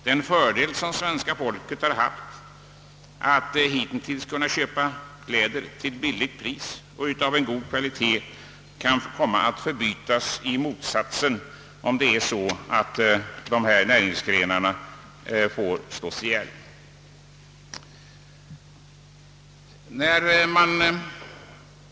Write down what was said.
Den fördel som svenska folket har haft hitintills när det gäller att kunna köpa kläder av god kvalitet till lågt pris kan förbytas i motsatsen, om ytterligare företag inom dessa näringsgrenar får läggas ner.